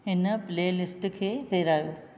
हिन प्लेलिस्ट खे फेरायो